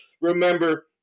Remember